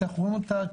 כי אנחנו רואים אותה,